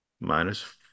minus